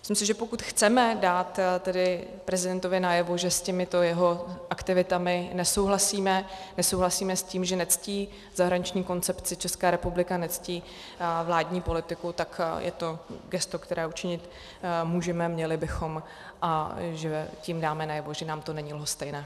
Myslím si, že pokud chceme dát prezidentovi najevo, že s těmito jeho aktivitami nesouhlasíme, nesouhlasíme s tím, že nectí zahraniční koncepci České republiky a nectí vládní politiku, tak je to gesto, které učinit můžeme, měli bychom, a že tím dáme najevo, že nám to není lhostejné.